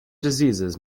diseases